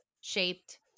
shaped